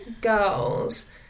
girls